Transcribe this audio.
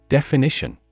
Definition